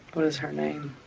what is her name?